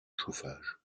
chauffage